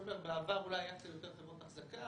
אני אומר שבעבר אולי היו קצת יותר חברות אחזקה,